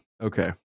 Okay